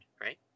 right